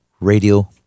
Radio